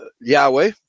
Yahweh